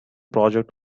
project